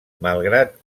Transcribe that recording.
malgrat